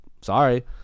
Sorry